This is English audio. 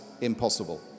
impossible